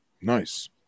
nice